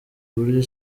buryo